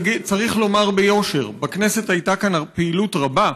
צריך לומר ביושר: בכנסת הייתה כאן פעילות רבה,